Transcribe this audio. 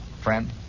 friend